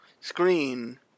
screen